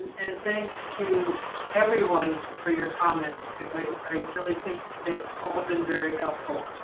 and thanks to everyone for your comments because i i really think they've all been very helpful.